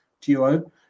duo